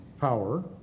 power